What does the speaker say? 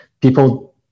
people